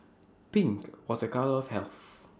pink was A colour of health